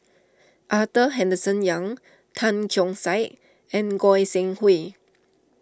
Arthur Henderson Young Tan Keong Saik and Goi Seng Hui